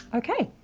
okay,